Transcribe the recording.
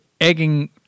egging